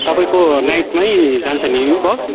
तपाईँको नाइटमै जान्छ नि बस